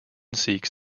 seeks